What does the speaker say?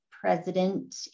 President